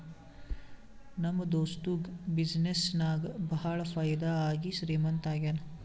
ನಮ್ ದೋಸ್ತುಗ ಬಿಸಿನ್ನೆಸ್ ನಾಗ್ ಭಾಳ ಫೈದಾ ಆಗಿ ಶ್ರೀಮಂತ ಆಗ್ಯಾನ